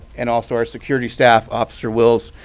and also our security staff, officer wills,